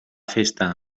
festa